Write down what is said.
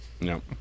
No